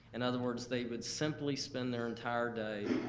in other words, they would simply spend their entire day